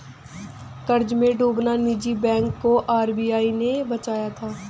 कर्ज में डूबे निजी बैंक को आर.बी.आई ने बचाया था